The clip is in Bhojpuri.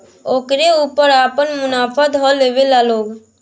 ओकरे ऊपर आपन मुनाफा ध लेवेला लो